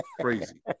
crazy